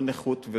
לא נכות,